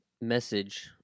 message